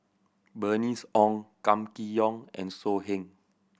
Bernice Ong Kam Kee Yong and So Heng